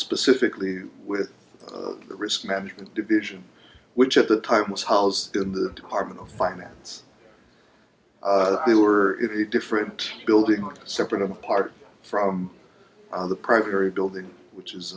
specifically with the risk management division which at the time was housed in the department of finance they were it a different building separate and apart from the primary building which is